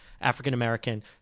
African-American